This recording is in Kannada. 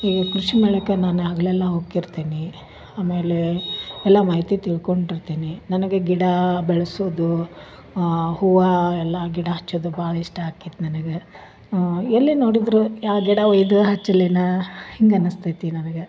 ಈಗ ಕೃಷಿ ಮೇಳಕ್ಕ ನಾನು ಆಗ್ಲೆಲ್ಲ ಹೋಕಿರ್ತೀನಿ ಆಮೇಲೆ ಎಲ್ಲ ಮಾಹಿತಿ ತಿಳ್ಕೊಂಡಿರ್ತೀನಿ ನನಗೆ ಗಿಡ ಬೆಳ್ಸೋದು ಹೂವಾ ಎಲ್ಲಾ ಗಿಡ ಹಚ್ಚೋದು ಭಾಳ ಇಷ್ಟ ಆಕಿತ್ತು ನನಗೆ ಎಲ್ಲಿ ನೋಡಿದ್ದರು ಯಾವ ಗಿಡ ಇದು ಹಚ್ಲೇನ ಹಿಂಗೆ ಅನಿಸ್ತೈತಿ ನನಗೆ